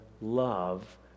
love